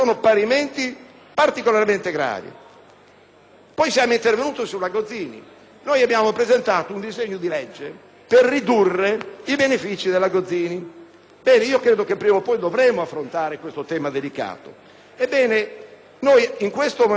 Poi siamo intervenuti sulla legge Gozzini. Abbiamo presentato un disegno di legge per ridurre i benefìci della Gozzini. Ebbene, credo che prima o poi dovremo affrontare questo tema delicato.